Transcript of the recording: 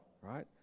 right